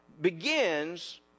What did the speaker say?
begins